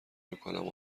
میکنم